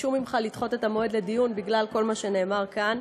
ביקשו ממך לדחות את המועד לדיון בגלל כל מה שנאמר כאן,